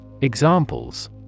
Examples